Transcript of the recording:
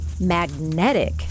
Magnetic